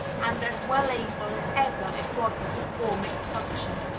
and as well able as ever it was to perform its function.